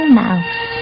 mouse